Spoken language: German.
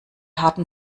harten